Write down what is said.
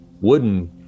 wooden